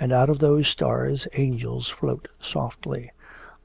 and out of those stars angels float softly